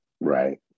right